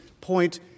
point